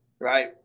right